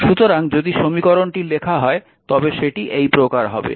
সুতরাং যদি সমীকরণটি লেখা হয় তবে সেটি এই প্রকার হবে